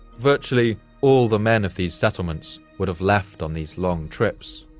virtually all the men of these settlements would have left on these long trips.